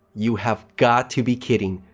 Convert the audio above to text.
you have got to be kidding!